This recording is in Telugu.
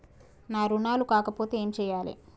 నా రుణాలు కాకపోతే ఏమి చేయాలి?